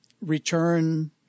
return